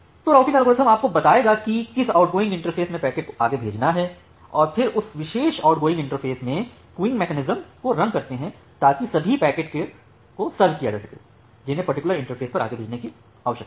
तो routing algorithm आपको बताएगा कि किस आउटगोइंग इंटरफ़ेस में पैकेट को आगे भेजना है और फिर उस विशेष आउटगोइंग इंटरफ़ेस में क़ुयूइंग मैकेनिज्म को रन करते हैं ताकि सभी पैकेट की सर्व किया जा सके जिन्हें पर्टिकुलर इंटरफेस पर आगे भेजने की आवश्यकता है